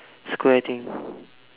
Square thing